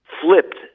flipped